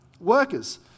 workers